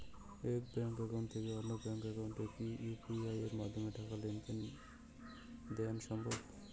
এক bank account থেকে অন্য ব্যাংক একাউন্টে কি ইউ.পি.আই মাধ্যমে টাকার লেনদেন দেন সম্ভব?